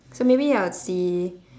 so maybe I would see